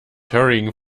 hurrying